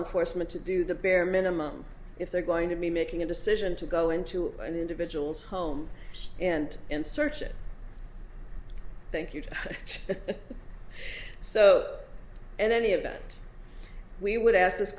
enforcement to do the bare minimum if they're going to be making a decision to go into an individual's home and and search it thank you so and any of that we would ask this